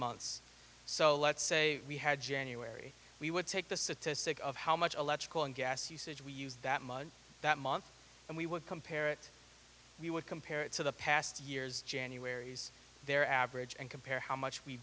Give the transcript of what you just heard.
months so let's say we had january we would take the statistic of how much gas usage we use that money that month and we would compare it we would compare it to the past years january's their average and compare how much we